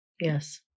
Yes